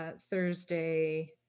Thursday